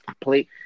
play